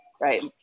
right